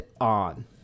On